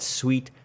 sweet